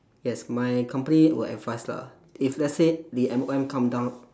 yes my company will advise lah if let's say the M_O_M come down